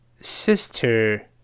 sister